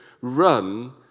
run